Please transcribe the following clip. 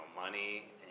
money